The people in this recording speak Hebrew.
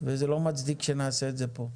וזה לא מצדיק שנעשה את זה פה.